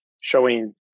showing